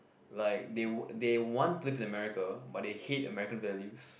like they they want to live in America but they hate American values